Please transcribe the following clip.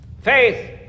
Faith